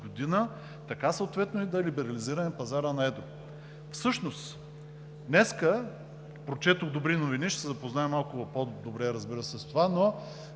догодина, така съответно и да либерализираме пазара на едро. Всъщност днес прочетох добри новини, ще се запозная малко по-добре, разбира се, с това, но